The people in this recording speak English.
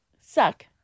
Suck